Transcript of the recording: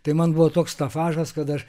tai man buvo toks stafažas kad aš